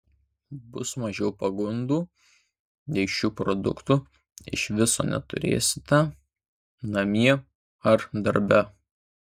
bus mažiau pagundų jei šių produktų iš viso neturėsite namie ar darbe